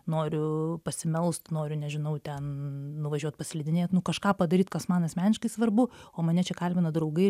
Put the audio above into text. noriu pasimelst noriu nežinau ten nuvažiuot paslidinėt nu kažką padaryt kas man asmeniškai svarbu o mane čia kalbina draugai